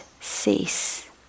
cease